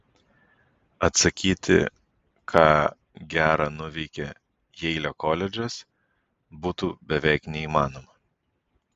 atsakyti ką gera nuveikė jeilio koledžas būtų beveik neįmanoma